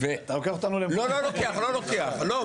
אתה לוקח אותנו --- לא, לא לוקח, לא לוקח, לא.